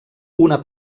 una